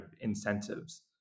incentives